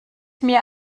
mir